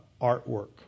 artwork